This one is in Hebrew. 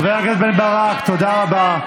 חבר הכנסת רם בן ברק, תודה רבה.